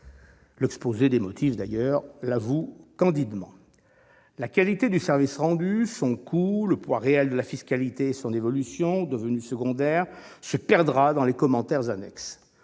l'exposé des motifs. La qualité du service rendu, son coût, le poids réel de la fiscalité et son évolution, devenus secondaires, se perdront dans les commentaires annexes.